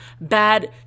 bad